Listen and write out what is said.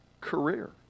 career